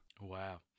wow